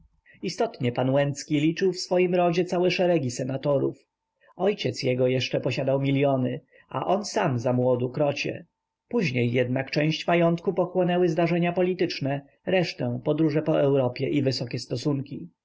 istotnie pan łęcki liczył w swoim rodzie całe szeregi senatorów ojciec jego jeszcze posiadał miliony a on sam zamłodu krocie później jednak część majątku pochłonęły zdarzenia polityczne resztę podróże po europie i wysokie stosunki